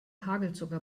hagelzucker